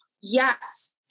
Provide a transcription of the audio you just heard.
yes